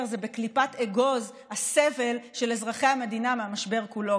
זה בקליפת אגוז הסבל של אזרחי המדינה מהמשבר כולו.